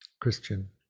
Christian